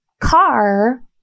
car